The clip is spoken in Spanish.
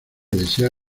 desea